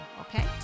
okay